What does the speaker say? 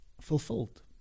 fulfilled